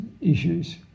issues